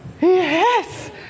Yes